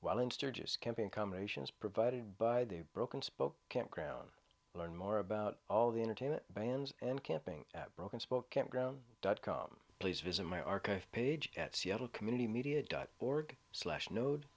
while in sturgis camping combinations provided by the broken spoke campground learn more about all the entertainment vans and camping at broken spoke campground dot com please visit my archive page at seattle community media dot org slash node